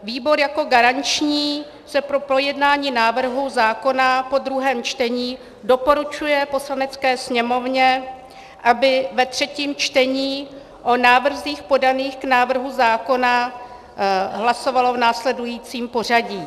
Výbor jako garanční po projednání návrhu zákona po druhém čtení doporučuje Poslanecké sněmovně, aby ve třetím čtení o návrzích podaných k návrhu zákona hlasovala v následujícím pořadí.